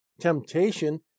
Temptation